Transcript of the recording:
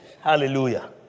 Hallelujah